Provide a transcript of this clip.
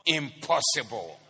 impossible